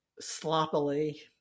sloppily